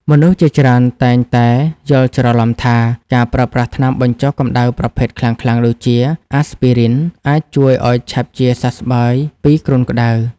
មនុស្សជាច្រើនតែងតែយល់ច្រឡំថា ការប្រើប្រាស់ថ្នាំបញ្ចុះកម្ដៅប្រភេទខ្លាំងៗដូចជា អាស្ពីរីន ( Aspirin ) អាចជួយឱ្យឆាប់ជាសះស្បើយពីគ្រុនក្តៅ។